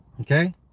Okay